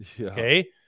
okay